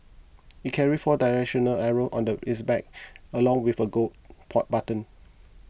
it carries four directional arrows on its back along with a Go button